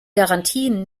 garantien